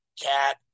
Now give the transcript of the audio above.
Cat